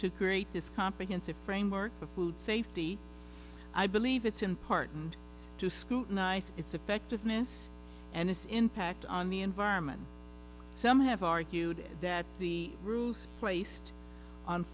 to create this comprehensive framework of food safety i believe it's important to scrutinize its effectiveness and its impact on the environment some have argued that the rules placed on